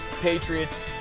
Patriots